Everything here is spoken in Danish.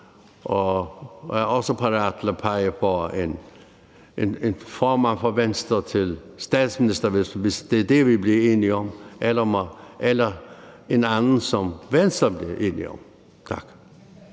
og er også parat til at pege på en formand fra Venstre som statsminister, hvis det er det, vi bliver enige om, eller en anden, som man i Venstre bliver enige om. Tak.